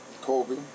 Kobe